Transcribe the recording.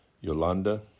Yolanda